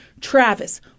Travis